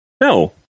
no